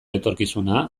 etorkizuna